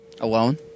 Alone